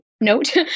note